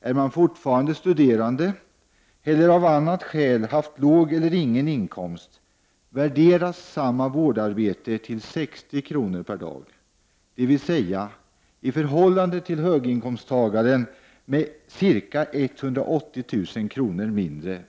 Är man fortfarande studerande, eller har man av annat skäl haft låg eller ingen inkomst, värderas samma vårdarbete till 60 kr. per dag, dvs. med ca 180 000 kr. mindre per år räknat i förhållande till höginkomsttagaren.